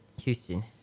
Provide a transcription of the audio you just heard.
Houston